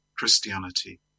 Christianity